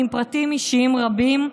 עם פרטים אישיים רבים.